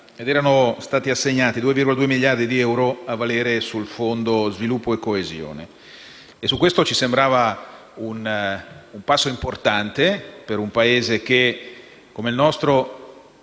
ed erano stati assegnati 2,2 miliardi di euro a valere sul Fondo sviluppo e coesione. Ci sembrava un passo importante per un Paese come il nostro